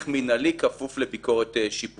שינוי הנוסח הוא חדש זו הצעה שלנו לתיקון הסיכום.